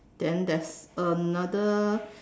then there's another